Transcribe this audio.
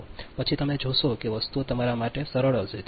પછી તમે જોશો કે વસ્તુઓ તમારા માટે સરળ હશે